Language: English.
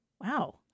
Wow